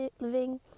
living